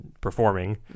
performing